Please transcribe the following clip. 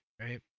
right